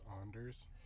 Anders